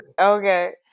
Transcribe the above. Okay